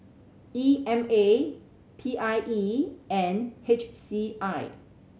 E M A P I E and H C I